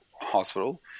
hospital